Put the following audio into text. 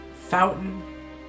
fountain